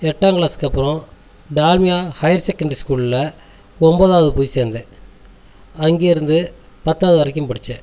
எட்டாம் கிளாஸ் அப்புறம் Dalmia higher secondary ஸ்கூல்ல ஒன்பதாவது போய் சேர்ந்தேன் அங்கேருந்து பத்தாவது வரைக்கும் படிச்சேன்